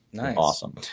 awesome